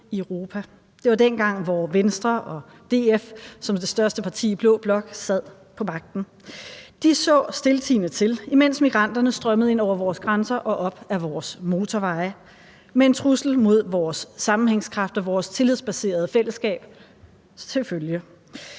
i Europa. Det var dengang, hvor Venstre og DF, som var det største parti i blå blok, sad på magten. De så stiltiende til, mens migranterne strømmede ind over vores grænser og op ad vores motorveje med en trussel mod vores sammenhængskraft og vores tillidsbaserede fællesskab til følge.